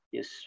Yes